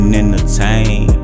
entertain